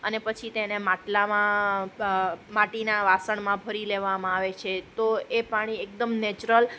અને પછી તેને માટલામાં માટીના વાસણમાં ભરી લેવામાં આવે છે તો એ પાણી એકદમ નેચરલ